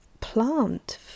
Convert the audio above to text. plant